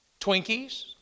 Twinkies